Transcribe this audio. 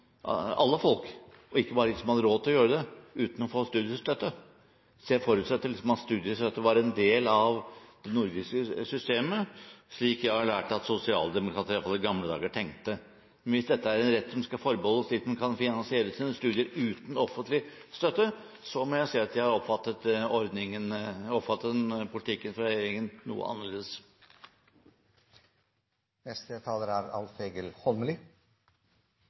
hadde råd til å gjøre det uten å få studiestøtte. Jeg forutsatte at studiestøtte var en del av det nordiske systemet, slik jeg har lært at sosialdemokratiet, i alle fall i gamle dager, tenkte. Hvis dette er en rett som skal forbeholdes dem som kan finansiere sine studier uten offentlig støtte, må jeg si at jeg har oppfattet politikken fra regjeringen noe annerledes. Eg er